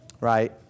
right